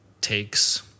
takes